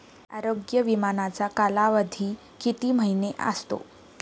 आरोग्य विमाचा कालावधी किती महिने असतो?